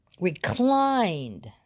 Reclined